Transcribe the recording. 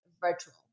virtual